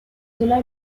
cela